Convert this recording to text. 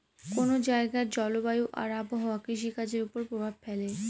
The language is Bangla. কোন জায়গার জলবায়ু আর আবহাওয়া কৃষিকাজের উপর প্রভাব ফেলে